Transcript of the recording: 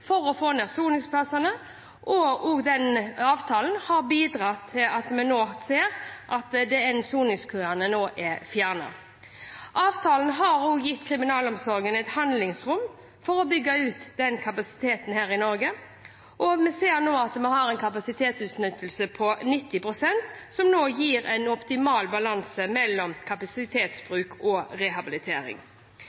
for å få ned soningskøene, og den avtalen har bidratt til at vi nå ser at soningskøene er fjernet. Avtalen har også gitt kriminalomsorgen et handlingsrom for å bygge ut kapasiteten her i Norge, og vi ser nå at vi har en kapasitetsutnyttelse på 90 pst., som gir en optimal balanse mellom